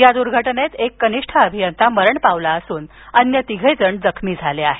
या दुर्घटनेत एक कनिष्ठ अभियंता मरण पावला तर अन्य तिघेजण जखमी झाले आहेत